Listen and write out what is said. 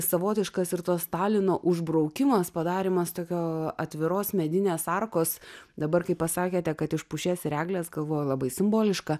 savotiškas ir to stalino užbraukimas padarymas tokio atviros medinės arkos dabar kai pasakėte kad iš pušies ir eglės galvoju labai simboliška